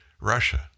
Russia